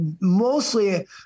mostly